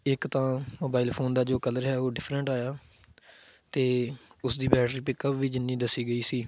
ਇੱਕ ਤਾਂ mobile phone ਦਾ ਜੋ ਕਲਰ ਹੈ ਉਹ ਡਿਫਰੈਂਟ ਆਇਆ ਅਤੇ ਉਸ ਦੀ ਬੈਟਰੀ ਪਿਕਅਪ ਵੀ ਜਿੰਨੀ ਦੱਸੀ ਗਈ ਸੀ